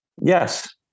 Yes